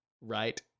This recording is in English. Right